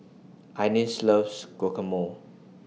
Ines loves Guacamole